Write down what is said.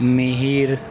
Mihir